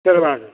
சரி வாங்க